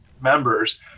members